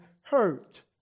hurt